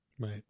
right